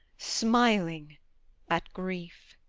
smiling at grief.